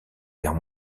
guerre